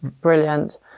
brilliant